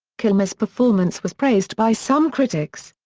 kilmer's performance was praised by some critics.